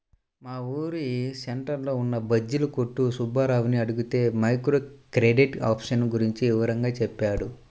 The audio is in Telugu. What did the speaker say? మా ఊరు సెంటర్లో ఉన్న బజ్జీల కొట్టు సుబ్బారావుని అడిగితే మైక్రో క్రెడిట్ ఆప్షన్ గురించి వివరంగా చెప్పాడు